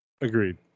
agreed